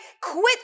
Quit